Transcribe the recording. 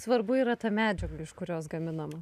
svarbu yra ta medžiaga iš kurios gaminama